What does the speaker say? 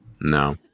no